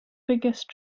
biggest